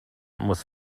muss